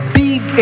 big